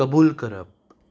कबूल करप